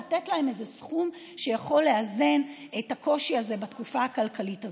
לתת להם איזה סכום שיכול לאזן את הקושי הזה בתקופה כלכלית הזאת.